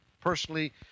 personally